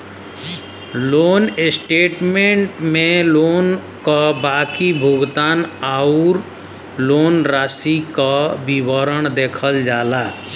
loan statement में loan क बाकी भुगतान आउर लोन राशि क विवरण देखल जाला